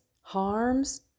harms